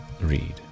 read